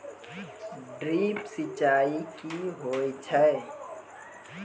Drip सिंचाई कि होय छै?